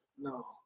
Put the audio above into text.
no